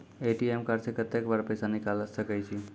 ATM card से कत्तेक बेर पैसा निकाल सके छी?